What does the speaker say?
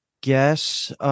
guess